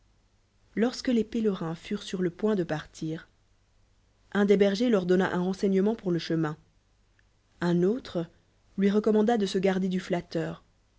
lorsque les pélerins furent sur le point de parlir un des bergers leur donna un renseignement pour le ehemin nn autre lui recommanda de se garder du flatteur